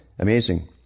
Amazing